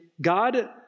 God